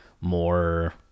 more